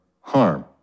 harm